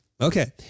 Okay